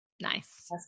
Nice